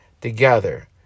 together